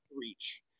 reach